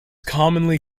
commonly